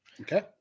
Okay